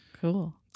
Cool